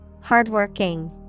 Hardworking